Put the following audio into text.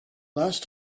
last